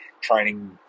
training